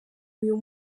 uyu